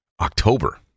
October